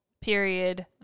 period